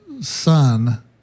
son